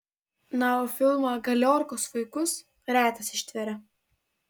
na o filmą galiorkos vaikus retas ištveria